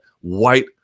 white